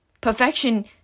Perfection